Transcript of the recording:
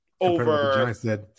over